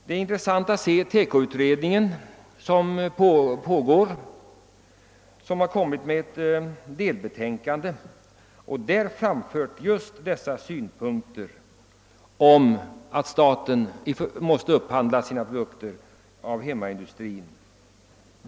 Det är intressant att den pågående TEKO-utredningen i ett delbetänkande har anfört just denna synpunkt, att staten måste upphandla sina produkter hos hemmaindustrin.